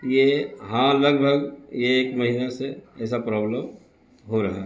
یہ ہاں لگ بھگ یہ ایک مہینے سے ایسا پرابلم ہو رہا ہے